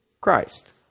Christ